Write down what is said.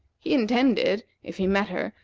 he intended, if he met her,